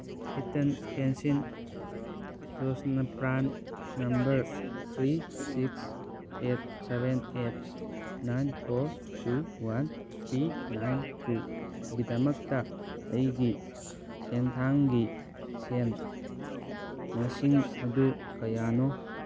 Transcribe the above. Atal pension Yojana PRAN number three six eight seven eight nine four two one three nine ꯇꯨꯒꯤꯗꯃꯛꯇ ꯑꯩꯒꯤ ꯁꯦꯟꯊꯥꯡꯒꯤ ꯁꯦꯟ ꯃꯁꯤꯡ ꯑꯗꯨ ꯀꯌꯥꯅꯣ